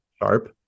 Sharp